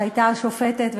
שהייתה שופטת,